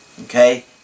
Okay